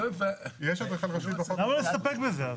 אז למה לא להסתפק בזה?